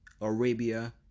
Arabia